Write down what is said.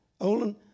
Olin